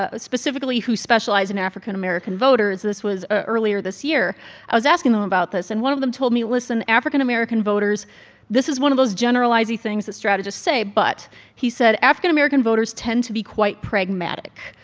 ah ah specifically who specialize in african american voters this was earlier this year i was asking them about this and one of them told me, listen african american voters this is one of those generalize-y things that strategists say but he said african american voters tend to be quite pragmatic,